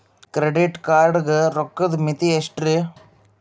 Credit card ಗ ರೋಕ್ಕದ್ ಮಿತಿ ಎಷ್ಟ್ರಿ?